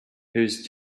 whose